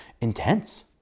intense